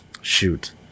shoot